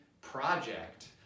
project